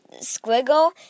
squiggle